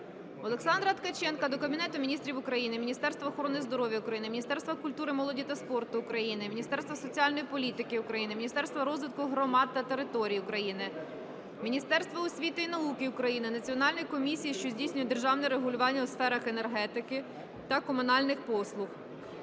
Олександра Ткаченка до Кабінету Міністрів України, Міністерства охорони здоров'я України, Міністерства культури, молоді та спорту України, Міністерства соціальної політики України, Міністерства розвитку громад та територій України, Міністерства освіти і науки України, Національної комісії, що здійснює державне регулювання у сферах енергетики та комунальних послуг,